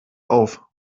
auf